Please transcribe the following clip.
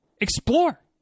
explore